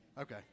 Okay